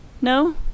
No